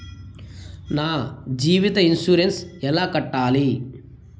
నా జీవిత ఇన్సూరెన్సు ఎలా కట్టాలి?